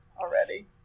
already